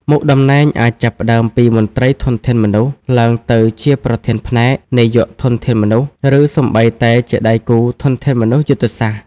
មុខតំណែងអាចចាប់ផ្តើមពីមន្ត្រីធនធានមនុស្ស ឡើងទៅជាប្រធានផ្នែក នាយកធនធានមនុស្ស ឬសូម្បីតែជាដៃគូធនធានមនុស្សយុទ្ធសាស្ត្រ។